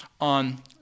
on